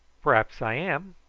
p'r'aps i am,